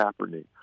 Kaepernick